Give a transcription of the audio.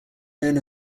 known